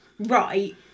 Right